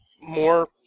more